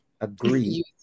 agree